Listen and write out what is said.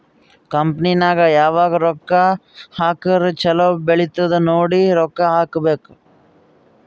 company ನಾಗ್ ಯಾವಾಗ್ ರೊಕ್ಕಾ ಹಾಕುರ್ ಛಲೋ ಬೆಳಿತ್ತುದ್ ನೋಡಿ ರೊಕ್ಕಾ ಹಾಕಬೇಕ್